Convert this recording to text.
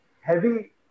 heavy